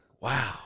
Wow